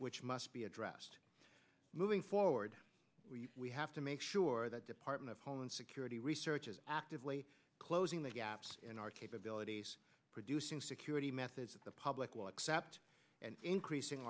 which must be addressed moving forward we have to make sure that department of homeland security research is actively closing the gaps in our capabilities producing security methods that the public will accept and increasing